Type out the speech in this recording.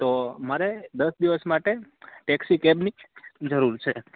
તોહ મારે દસ દિવસ માટે ટેક્સી કેબની જરૂર છે